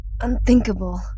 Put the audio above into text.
unthinkable